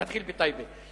זה מתחיל בטייבה.